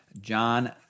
John